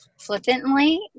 flippantly